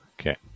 okay